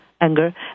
anger